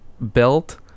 belt